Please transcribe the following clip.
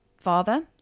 father